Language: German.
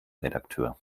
redakteur